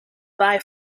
vie